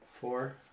four